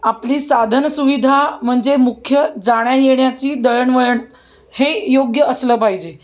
आपली साधन सुविधा म्हणजे मुख्य जाण्या येण्याची दळणवळण हे योग्य असलं पाहिजे